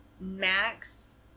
Max